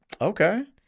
Okay